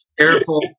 Careful